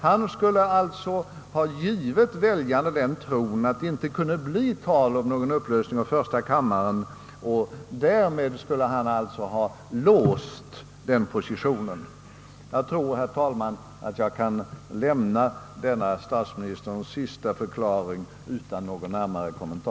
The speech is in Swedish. Det betyder att han skulle ha givit väljarna uppfattningen att det inte kunde bli tal om upplösning av första kammaren, och därmed skulle han alltså ha låst positionerna.